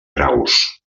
graus